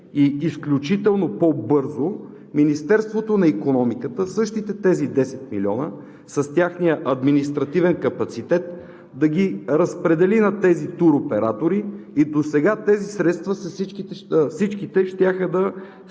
и изключително по-бързо Министерството на икономиката същите тези 10 млн. лв. с техния административен капацитет да ги разпредели на тези туроператори и досега всички тези средства щяха да